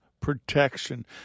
protection